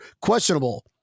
questionable